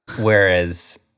whereas